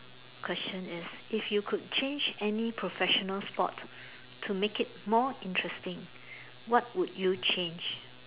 question is if you could change any professional sport to make it more interesting what would you change